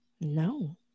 No